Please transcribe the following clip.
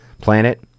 planet